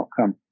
outcome